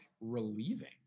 relieving